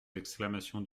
exclamations